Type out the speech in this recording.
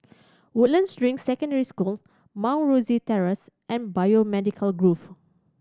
Woodlands Ring Secondary School Mount Rosie Terrace and Biomedical Grove